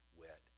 wet